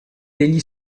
degli